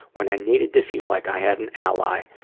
when i needed to feel like i had an ally,